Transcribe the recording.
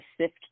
sift